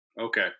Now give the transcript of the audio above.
Okay